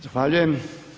Zahvaljujem.